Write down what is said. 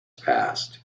passed